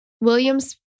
William's